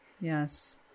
Yes